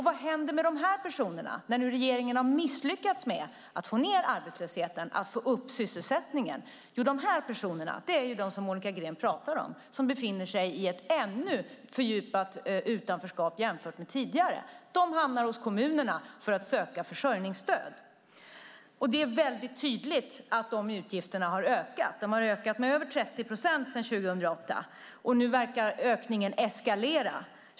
Vad händer med dessa personer nu när regeringen misslyckats med att få ned arbetslösheten och med att få upp sysselsättningen? Jo, de här personerna - de personer som Monica Green talar om - befinner sig nu i ett ännu djupare utanförskap än tidigare. De hamnar hos kommunerna för att där söka försörjningsstöd. Det är väldigt tydligt att de utgifterna har ökat. De har ökat med över 30 procent sedan år 2008. Nu verkar ökningen eskalera.